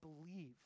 believe